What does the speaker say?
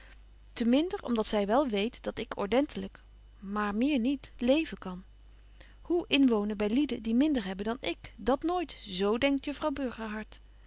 te minder om dat zy wel weet dat ik ordentelyk maar meer niet leven kan hoe inwonen by lieden die minder hebben dan ik dat nooit zo denkt juffrouw